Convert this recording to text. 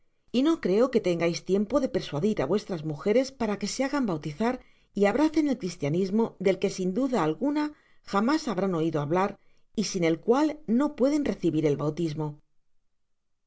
y ao creo que tengais tiempo de persuadir á vuestras mujeres para que se bagan bautizar y abracen el cristianismo del que sin duda alguna jamas habrán oido hablar y sin el cual no pueden recibir el bautismo